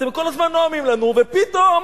אתם כל הזמן נואמים לנו, ופתאום.